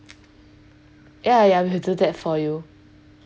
ya ya we'll do that for you